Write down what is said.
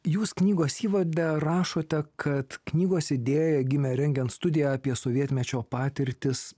jūs knygos įvade rašote kad knygos idėja gimė rengiant studiją apie sovietmečio patirtis